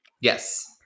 Yes